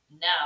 now